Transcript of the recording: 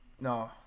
no